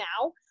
now